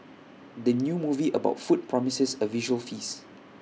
the new movie about food promises A visual feast